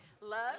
Love